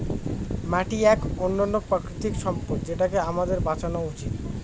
মাটি এক অনন্য প্রাকৃতিক সম্পদ যেটাকে আমাদের বাঁচানো উচিত